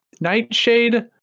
Nightshade